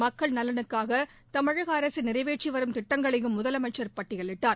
மக்கள் நலனுக்காக தமிழக அரசு நிறைவேற்றி வரும் திட்டங்களையும் முதலமைச்ச் பட்டியலிட்டார்